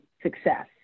success